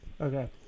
Okay